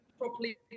properly